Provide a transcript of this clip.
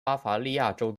巴伐利亚州